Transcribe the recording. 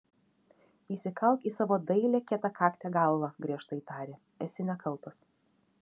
įsikalk į savo dailią kietakaktę galvą griežtai tarė esi nekaltas